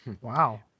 Wow